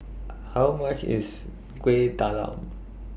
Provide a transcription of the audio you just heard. How much IS Kuih Talam